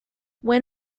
when